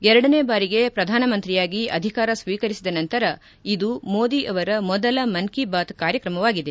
ಎರಡನೇ ಬಾರಿಗೆ ಪ್ರಧಾನ ಮಂತ್ರಿಯಾಗಿ ಅಧಿಕಾರ ಸ್ವೀಕರಿಸಿದ ನಂತರ ಇದು ಮೋದಿ ಅವರ ಮೊದಲ ಮನ್ ಕಿ ಬಾತ್ ಕಾರ್ಯಕ್ರಮವಾಗಿದೆ